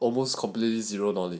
almost completely zero knowledge